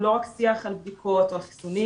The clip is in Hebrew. לא רק שיח על בדיקות או על חיסונים,